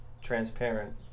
transparent